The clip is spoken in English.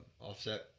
offset